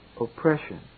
Oppression